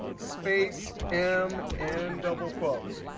space m end double quotes.